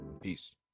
Peace